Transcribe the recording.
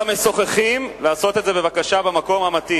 כל המשוחחים, לעשות את זה במקום המתאים.